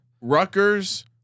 Rutgers